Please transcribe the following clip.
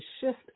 shift